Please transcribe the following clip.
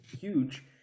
huge